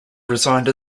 resigned